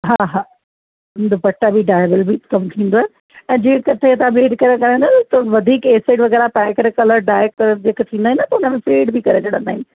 हा हा दुपट्टा बि डाई बिल बि कमु थींदो आहे ऐं जे कॾहिं तव्हां ॿिए किथे कराईंदा त वधीक एसिड वग़ैरह पाए करे कलर डाय करे जेके थींदा आहिनि त उनमें फ़ेड बि करे छॾंदा आहिनि